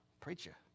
Preacher